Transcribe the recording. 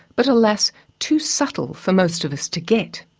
but alas, too subtle for most of us to get.